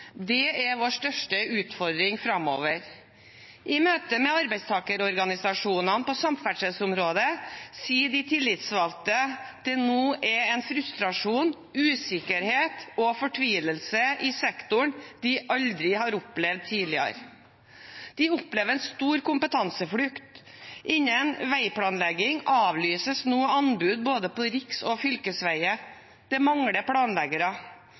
Det er vår største utfordring framover. I møte med arbeidstakerorganisasjonene på samferdselsområdet sier de tillitsvalgte at det nå er en frustrasjon, usikkerhet og fortvilelse i sektoren som de aldri tidligere har opplevd. De opplever en stor kompetanseflukt. Innen veiplanlegging avlyses det nå anbud på både riksveier og fylkesveier. Det mangler planleggere,